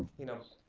you know,